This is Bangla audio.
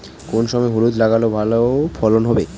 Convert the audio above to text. কোন সময় হলুদ লাগালে ভালো ফলন হবে?